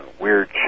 weird